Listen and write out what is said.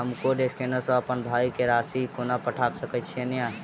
हम code scanner सँ अप्पन भाय केँ राशि कोना पठा सकैत छियैन?